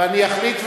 ואני אחליט.